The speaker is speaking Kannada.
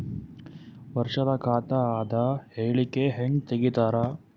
ವರ್ಷದ ಖಾತ ಅದ ಹೇಳಿಕಿ ಹೆಂಗ ತೆಗಿತಾರ?